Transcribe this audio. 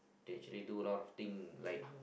they actually do a lot of thing like